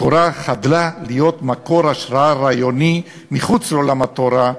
התורה חדלה להיות מקור השראה רעיוני מחוץ לעולם התורה,